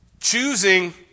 Choosing